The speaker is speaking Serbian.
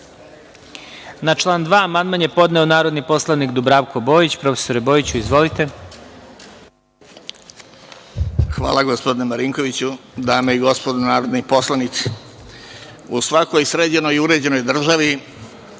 član 2. amandman je podneo narodni poslanik Dubravko Bojić. Profesore Bojiću, izvolite. **Dubravko Bojić** Hvala, gospodine Marinkoviću. Dame i gospodo narodni poslanici, u svakoj sređenoj i uređenoj državi